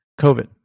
COVID